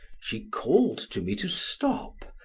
she called to me to stop,